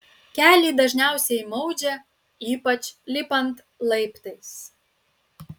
kelį dažniausiai maudžia ypač lipant laiptais